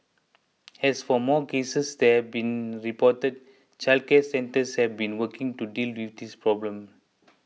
as for more cases they have been reported childcare centres have been working to deal with this problem